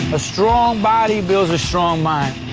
a strong body builds a strong mind,